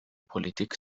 politik